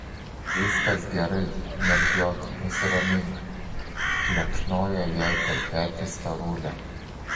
viskas gerai mergiot nusiramink plekšnojo jai per petį storulė